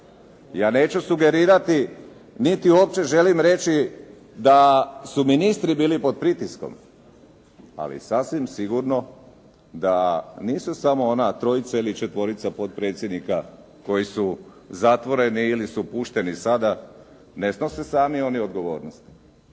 Ja neću sugerirati niti uopće želim reći da su ministri bili pod pritiskom, ali sasvim sigurno da nisu samo ona trojica ili četvorica potpredsjednika koji su zatvoreni ili su pušteni sada, ne snose sami oni odgovornost.